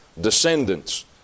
descendants